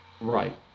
Right